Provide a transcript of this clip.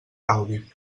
gaudi